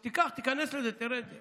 תיקח, תיכנס לזה, תראה את זה.